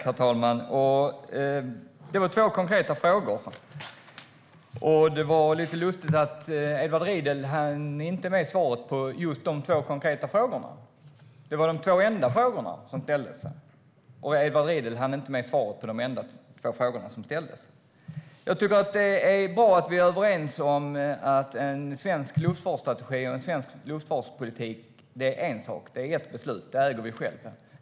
Herr talman! Det var två konkreta frågor. Det är lite lustigt att Edward Riedl inte hann svara på just de frågorna. Det var de två enda frågor som ställdes, och Edward Riedl hann inte svara på dem. Det är bra att vi är överens om att en svensk luftfartsstrategi och luftfartspolitik är en sak. Det är ett beslut, och det äger vi själva.